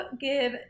give